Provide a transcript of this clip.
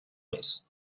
mes